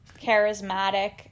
charismatic